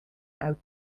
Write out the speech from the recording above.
out